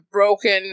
broken